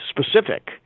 specific